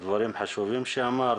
על הדברים החשובים שאמרת.